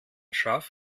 schaf